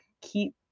keep